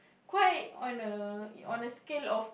quite on a on a scale of